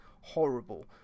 horrible